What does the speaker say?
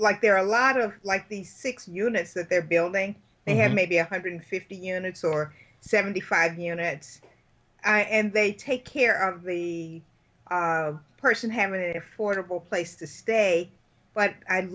like there are a lot of like the six units that they're building they have maybe a hundred fifty units or seventy five units and they take care of the person have it affordable place to stay but i